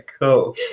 cool